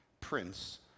prince